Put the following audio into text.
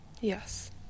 Yes